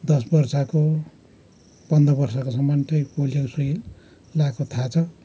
दस वर्षको पन्ध्र वर्षकोसम्म चाहिँ पोलियोको सुई लगाएको थाहा छ